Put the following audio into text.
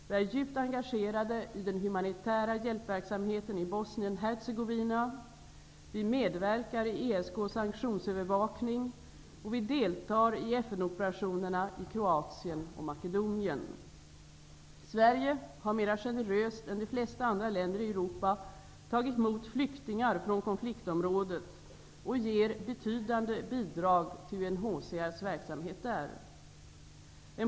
Vi är djupt engagerade i den humanitära hjälpverksamheten i Bosnien-Hercegovina. Vi medverkar i ESK:s sanktionsövervakning och vi deltar i FN operationerna i Kroatien och Makedonien. Sverige har mera generöst än de flesta andra länder i Europa tagit emot flyktingar från konfliktområdet och ger betydande bidrag till UNHCR:s verksamhet där.